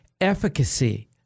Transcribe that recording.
efficacy